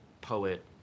poet